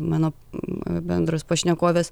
mano bendros pašnekovės